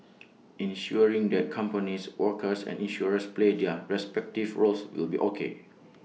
ensuring that companies workers and insurers play their respective roles will be okay